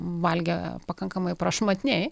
valgė pakankamai prašmatniai